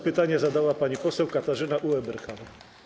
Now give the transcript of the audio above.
Pytanie zadała pani poseł Katarzyna Ueberhan.